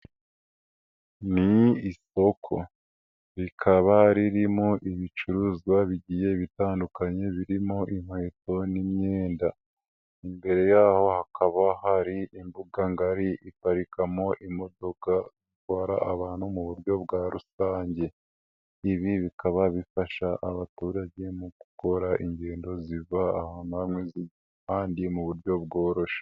Ni isoko rikaba ririmo ibicuruzwa bigiye bitandukanye birimo inkweto n'imyenda, imbere yaho hakaba hari imbuga ngari iparikamo imodoka zitwara abantu mu buryo bwa rusange, ibi bikaba bifasha abaturage mu gukora ingendo ziva ahantu hamwe zijya ahandi mu buryo bworoshye.